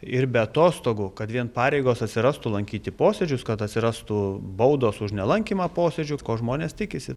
ir be atostogų kad vien pareigos atsirastų lankyti posėdžius kad atsirastų baudos už nelankymą posėdžių ko žmonės tikisi